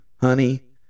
honey